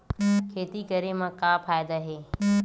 खेती करे म का फ़ायदा हे?